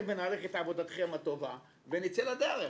ונעריך את עבודתכם הטובה ונצא לדרך.